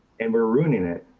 and we're ruining it.